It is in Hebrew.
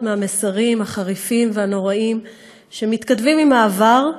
מהמסרים החריפים והנוראים שמתכתבים עם העבר,